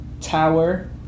tower